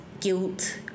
guilt